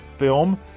Film